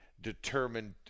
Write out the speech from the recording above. determined